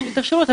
יש לי את השירות,